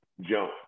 jump